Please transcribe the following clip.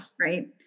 Right